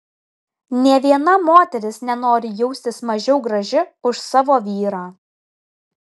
nė viena moteris nenori jaustis mažiau graži už savo vyrą